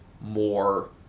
more